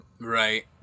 Right